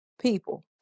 people